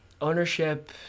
ownership